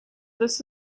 this